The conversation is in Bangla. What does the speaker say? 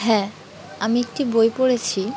হ্যাঁ আমি একটি বই পড়েছি